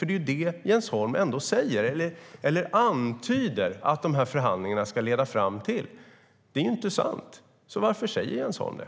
Det är det Jens Holm antyder att de här förhandlingarna ska leda fram till. Det är inte sant, så varför säger Jens Holm det?